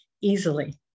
easily